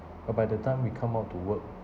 but by the time we come out to work